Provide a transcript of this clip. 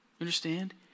Understand